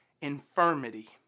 infirmity